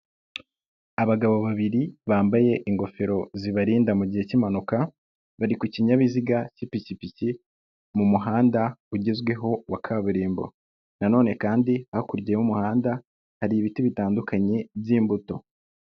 Abagabo babiri bambaye ingofero zibarinda mu gihe cy'impanuka, bari kukinyabiziga cy'ipikipiki mu muhanda ugezweho wa kaburimbo. Nanone kandi hakurya y'umuhanda hari ibiti bitandukanye by'imbuto.